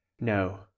No